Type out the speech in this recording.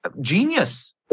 genius